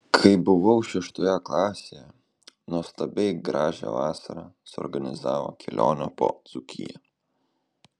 kai buvau šeštoje klasėje nuostabiai gražią vasarą suorganizavo kelionę po dzūkiją